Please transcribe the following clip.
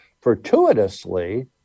fortuitously